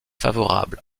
favorable